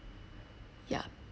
ya